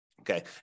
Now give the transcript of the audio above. okay